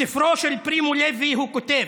בספרו של פרימו לוי הוא כותב: